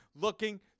Looking